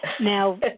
Now